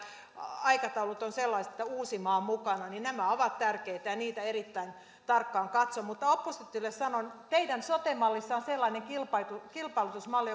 aikataulujen on oltava sellaiset että uusimaa on mukana nämä ovat tärkeitä ja niitä erittäin tarkkaan katson oppositiolle sanon teidän sote mallissanne on sellainen kilpailutusmalli